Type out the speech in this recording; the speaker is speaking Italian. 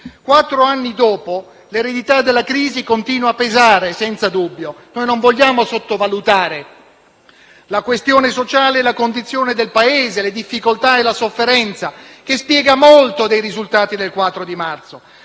Quattro anni dopo l'eredità della crisi continua senza dubbio a pesare - non vogliamo sottovalutare la questione sociale e la condizione del Paese, le difficoltà e la sofferenza, che spiegano molto dei risultati elettorali